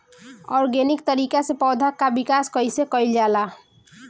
Organic तरीका से पौधा क विकास कइसे कईल जाला?